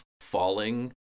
falling